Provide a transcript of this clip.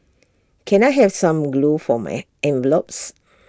can I have some glue for my envelopes